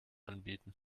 anbieten